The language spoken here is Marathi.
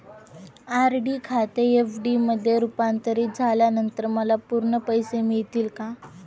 आर.डी खाते एफ.डी मध्ये रुपांतरित झाल्यानंतर मला पूर्ण पैसे मिळतील का?